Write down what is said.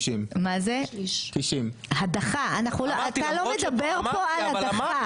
90. הדחה, אתה לא מדבר פה על הדחה.